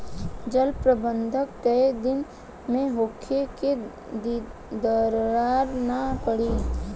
जल प्रबंधन केय दिन में होखे कि दरार न पड़ी?